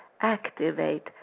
activate